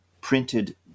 printed